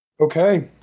Okay